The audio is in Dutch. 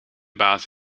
baas